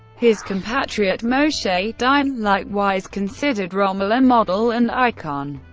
his compatriot moshe dayan likewise considered rommel a model and icon.